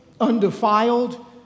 undefiled